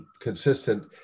consistent